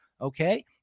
Okay